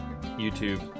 YouTube